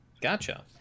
gotcha